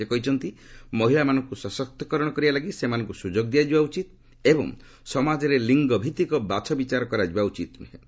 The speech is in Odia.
ସେ କହିଛନ୍ତି ମହିଳାମାନଙ୍କୁ ସଶକ୍ତକରଣ କରିବା ଲାଗି ସେମାନଙ୍କୁ ସୁଯୋଗ ଦିଆଯିବା ଉଚିତ ଏବଂ ସମାଜରେ ଲିଙ୍ଗଭିତିକ ବାଛବିଚାର କରାଯିବା ଉଚିତ ନୁହେଁ